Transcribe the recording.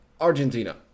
Argentina